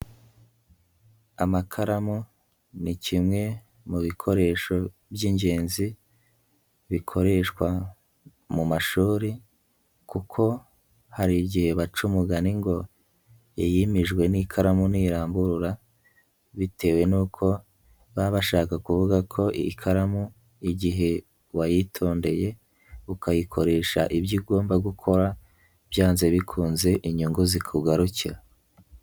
Amakaramu ni kimwe mu bikoresho by'ingenzi bikoreshwa mu mashuri kuko hari igihe baca umugani ngo ijimijwe n'ikaramu ntirambura bitewe n'uko baba bashaka kuvuga ko ikaramu igihe wayitondeye ukayikoresha ibyo ugomba gukora byanze bikunze inyungu zikugarukira.